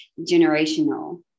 generational